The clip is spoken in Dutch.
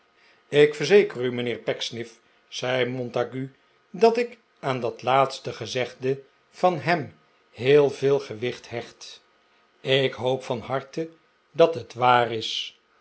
ik verzeker u mijnheer pecksniff zei montague dat ik aan dat laatste gezegde van hem heel veel gewicht hecht ik hoop van harte dat het waar is